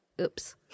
oops